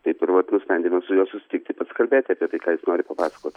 taip ir vat nusprendėme su juo susitikti pasikalbėti apie tai ką jis nori papasakot